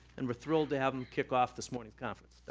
and we're thrilled to have him kick off this morning's conference.